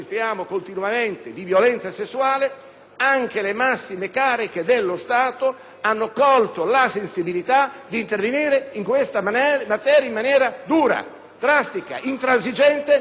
Anche le massime cariche dello Stato hanno colto la sensibilità di intervenire in questa materia in maniera dura, drastica, intransigente per coloro che si sono macchiati di questi reati.